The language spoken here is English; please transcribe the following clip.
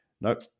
Nope